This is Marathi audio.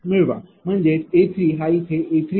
म्हणजेच A हा इथे A30